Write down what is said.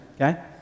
okay